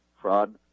fraud